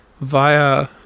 via